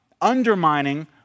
undermining